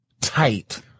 tight